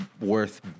worth